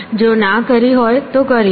જો ના કરી હોય તો કરી લો